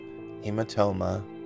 hematoma